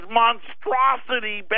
monstrosity